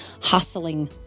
hustling